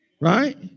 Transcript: Right